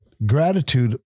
Gratitude